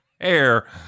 air